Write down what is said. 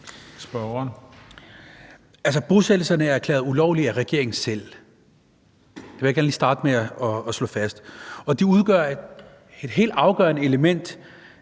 (FG): Altså, bosættelserne er erklæret ulovlige af regeringen selv. Det vil jeg gerne starte med at slå fast. Og de udgør et helt afgørende element